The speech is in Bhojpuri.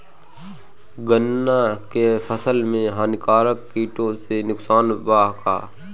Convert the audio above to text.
गन्ना के फसल मे हानिकारक किटो से नुकसान बा का?